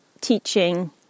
teaching